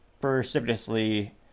precipitously